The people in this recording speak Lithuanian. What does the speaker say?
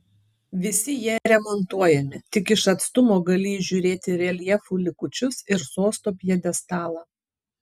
visi jie remontuojami tik iš atstumo gali įžiūrėti reljefų likučius ir sosto pjedestalą